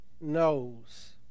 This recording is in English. knows